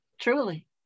Truly